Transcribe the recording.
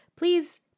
please